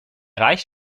reicht